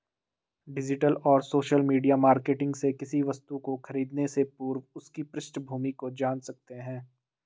digital और social media marketing से किसी वस्तु को खरीदने से पूर्व उसकी पृष्ठभूमि को जान सकते है